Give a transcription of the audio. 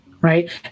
right